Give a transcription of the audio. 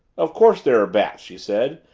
of course there are bats, she said.